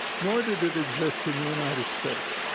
nor did it exist in the united states.